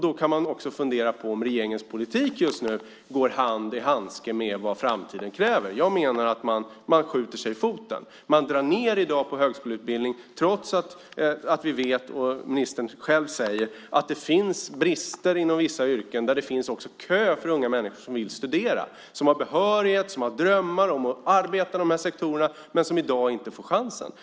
Då kan man fundera på om regeringens politik går hand i hand med vad framtiden kräver. Jag menar att man skjuter sig i foten. I dag drar man ned på högskoleutbildningen trots att ministern själv säger att det finns brister inom vissa yrken. Det finns också en kö av unga människor som vill studera, som har behörighet, som har drömmar om att arbeta i de här sektorerna men som i dag inte får chansen.